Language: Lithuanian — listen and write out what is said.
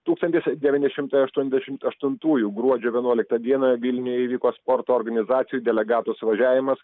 tūkstantis devyni šimtaiaštuoniasdešimt aštuntųjų gruodžio vienuoliktą dieną vilniuje įvyko sporto organizacijų delegatų suvažiavimas